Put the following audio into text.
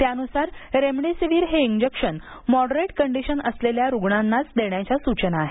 त्यानुसार रेमडिसिविर हे injection moderate condition असलेल्या रुग्णांनाच देण्याच्या सूचना आहेत